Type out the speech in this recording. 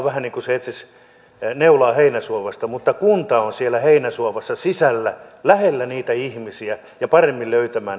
vähän niin kuin se etsisi neulaa heinäsuovasta mutta kunta on siellä heinäsuovassa sisällä lähellä niitä ihmisiä ja parempi löytämään